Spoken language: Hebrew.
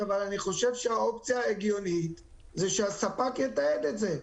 אבל אני חושב שהאופציה ההגיונית זה שהספק יתעד את זה.